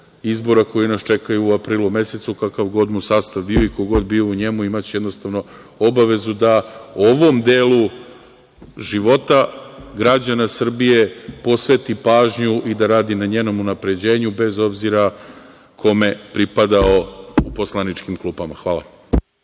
izbora koji nas čekaju u aprilu mesecu kakav god mu sastav bio i ko god bio u njemu imaće jednostavno obavezu da ovom delu života građana Srbije posveti pažnju i da radi na njenom unapređenju bez obzira kome pripadao u poslaničkim klupama. Hvala.